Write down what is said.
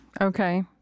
okay